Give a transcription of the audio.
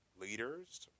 leaders